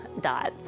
dots